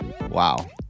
Wow